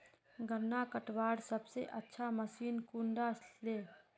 गन्ना कटवार सबसे अच्छा मशीन कुन डा छे?